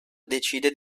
decide